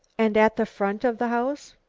and at the front of the house?